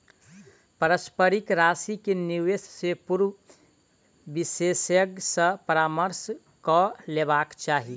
पारस्परिक राशि के निवेश से पूर्व विशेषज्ञ सॅ परामर्श कअ लेबाक चाही